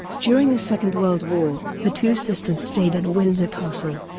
during the second world war, the two sisters stayed at windsor castle,